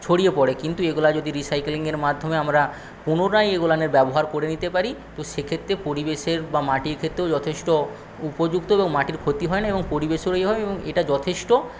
ছড়িয়ে পড়ে কিন্তু এগুলো যদি রিসাইকেলিংয়ের মাধ্যমে আমরা পুনরায় এগুলানের ব্যবহার করে নিতে পারি তো সেক্ষেত্রে পরিবেশের বা মাটির ক্ষেত্রেও যথেষ্ট উপযুক্ত এবং মাটির ক্ষতি হয় না এবং পরিবেশেরও ইয়ে হয় এবং এটা যথেষ্ট